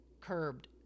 curbed